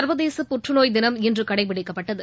சர்வதேச புற்றுநோய் தினம் இன்று கடைபிடிக்கப்பட்டது